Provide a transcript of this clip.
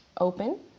open